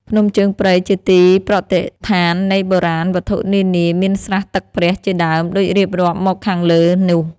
ភ្នំជើងព្រៃ ជាទីប្រតិស្ឋាននៃបុរាណវត្ថុនានា មានស្រះទឹកព្រះ ជាដើម ដូចរៀបរាប់មកខាងលើនោះ